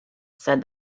said